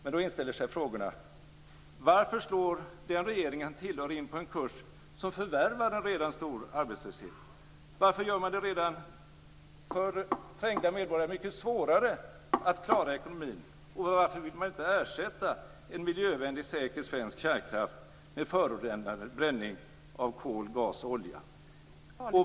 Men då inställer sig frågorna: Varför slår den regering han tillhör in på en kurs som förvärrar en redan stor arbetslöshet? Varför gör man det mycket svårare för redan trängda medborgare att klara ekonomin? Varför vill man ersätta en miljövänlig, säker, svensk kärnkraft med förorenande förbränning av kol, gas och olja?